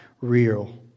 real